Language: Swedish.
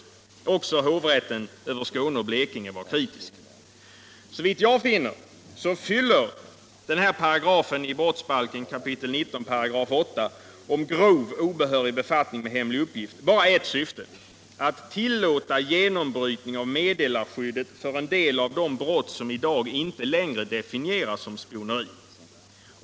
Också hovrätten över Skåne och Blekinge var kritisk. Såvitt jag kan finna har brottsbalkens 19 kap. 8 § om ”grov obehörig befattning med hemlig uppgift” bara ett syfte — att tillåta genombrytning av meddelarskyddet för en del av de brott som i dag inte längre definieras som spioneri.